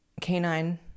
canine